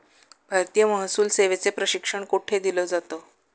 भारतीय महसूल सेवेचे प्रशिक्षण कोठे दिलं जातं?